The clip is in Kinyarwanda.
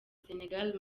senegal